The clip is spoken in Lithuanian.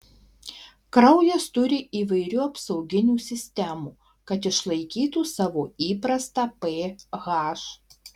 kraujas turi įvairių apsauginių sistemų kad išlaikytų savo įprastą ph